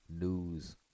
News